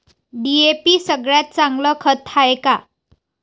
DAP सगळ्यात चांगलं खत हाये का?